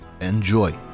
Enjoy